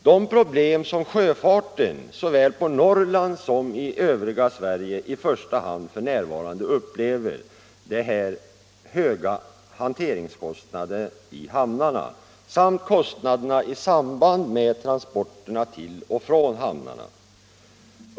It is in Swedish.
De problem som sjöfarten såväl på Norrland som i övriga Sverige i första hand upplever är de höga hanteringskostnaderna i hamnarna samt kostnaderna i samband med transporterna till och från hamnarna.